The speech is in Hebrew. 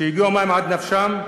שהגיעו מים עד נפשם,